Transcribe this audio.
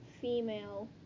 female